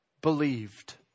believed